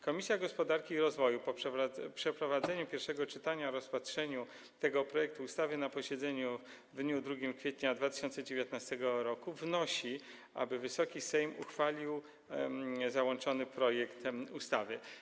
Komisja Gospodarki i Rozwoju po przeprowadzeniu pierwszego czytania i rozpatrzeniu tego projektu ustawy na posiedzeniu w dniu 2 kwietnia 2019 r. wnosi, aby Wysoki Sejm uchwalił załączony projekt ustawy.